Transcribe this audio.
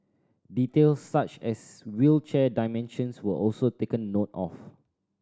details such as wheelchair dimensions were also taken note of